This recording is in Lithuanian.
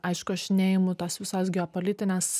aišku aš neimu tos visos geopolitinės